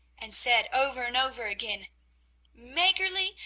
and said over and over again maggerli,